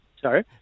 Sorry